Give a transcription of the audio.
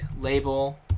label